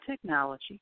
technology